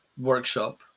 workshop